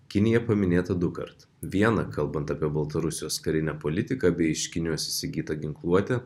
kinija paminėta dukart vieną kalbant apie baltarusijos karinę politiką bei iš kinijos įsigytą ginkluotę